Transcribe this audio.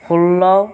ষোল্ল